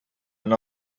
and